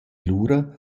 lura